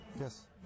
Yes